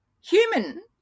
human